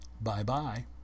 Bye-bye